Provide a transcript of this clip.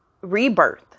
rebirth